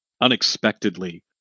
unexpectedly